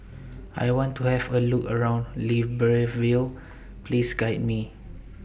I want to Have A Look around Libreville Please Guide Me